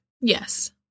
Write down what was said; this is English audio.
Yes